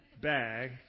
bag